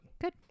good